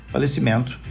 Falecimento